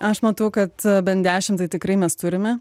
aš matau kad bent dešimt tai tikrai mes turime